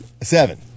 Seven